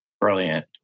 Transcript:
brilliant